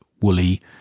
woolly